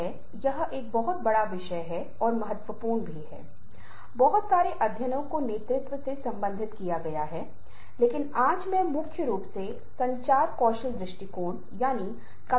अब यह एक ऐसा क्षेत्र है जिसको मैंने अपनी कुछ पहले की बातचीत में छुआ है और आज हम गैर मौखिक आयामों पर विस्तृत रूप से ध्यान केंद्रित करने जा रहे हैं